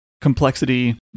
complexity